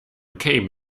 came